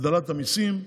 הגדלת מיסים,